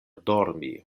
dormi